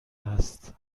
هست